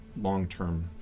long-term